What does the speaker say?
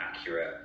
accurate